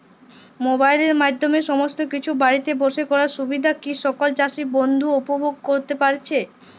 মোবাইলের মাধ্যমে সমস্ত কিছু বাড়িতে বসে করার সুবিধা কি সকল চাষী বন্ধু উপভোগ করতে পারছে?